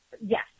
Yes